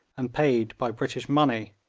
and paid by british money,